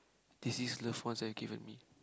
deceased loved ones have given me